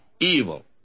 evil